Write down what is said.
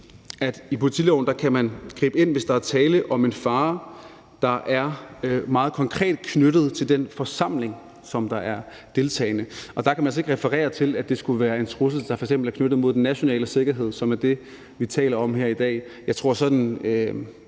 står, at man kan gribe ind, hvis der er tale om en fare, der er meget konkret knyttet til den forsamling, der deltager, og der kan man altså ikke referere til, at det skulle være en trussel, der f.eks. er rettet mod den nationale sikkerhed, som er det, vi taler om her i dag. Jeg tror, at